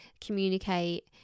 communicate